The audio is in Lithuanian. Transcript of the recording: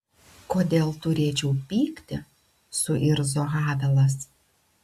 kodėl turėčiau pykti suirzo havelas